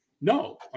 No